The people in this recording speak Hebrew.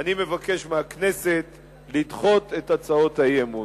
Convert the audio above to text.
אני מבקש מהכנסת לדחות את הצעות האי-אמון.